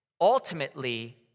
ultimately